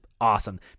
awesome